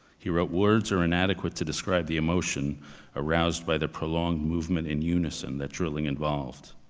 he wrote, words are inadequate to describe the emotion aroused by the prolonged movement in unison that drilling involved.